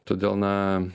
todėl na